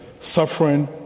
suffering